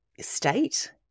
state